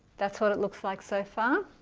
that's what it looks like so far